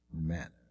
manner